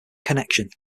connection